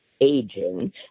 aging